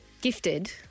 gifted